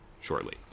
shortly